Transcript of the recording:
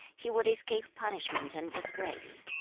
he would escape punishment and disgrace.